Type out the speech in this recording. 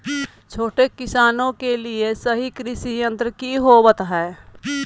छोटे किसानों के लिए सही कृषि यंत्र कि होवय हैय?